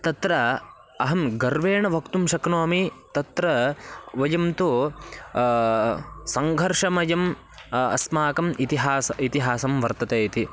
तत्र अहं गर्वेण वक्तुं शक्नोमि तत्र वयं तु सङ्घर्षमयम् अस्माकम् इतिहासः इतिहासः वर्तते इति